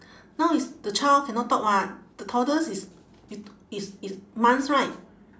now is the child cannot talk [what] the toddler is is is is months right